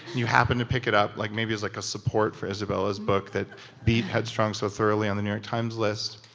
you happen to pick it up, like maybe as like a support for isabella's book that beat headstrong so thoroughly on the new york times list,